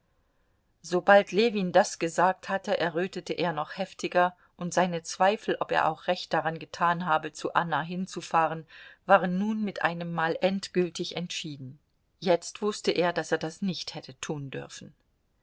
sobald ljewin das gesagt hatte errötete er noch heftiger und seine zweifel ob er auch recht daran getan habe zu anna hinzufahren waren nun mit einemmal endgültig entschieden jetzt wußte er daß er das nicht hätte tun dürfen